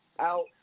out